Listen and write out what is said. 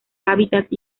hábitat